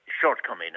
shortcoming